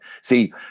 See